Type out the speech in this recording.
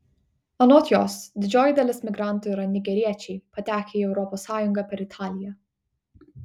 anot jos didžioji dalis migrantų yra nigeriečiai patekę į europos sąjungą per italiją